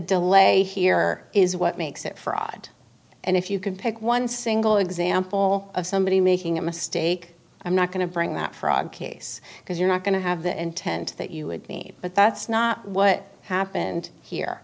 delay here is what makes it fraud and if you could pick one single example of somebody making a mistake i'm not going to bring that fraud case because you're not going to have the intent that you would need but that's not what happened here